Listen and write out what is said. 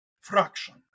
fraction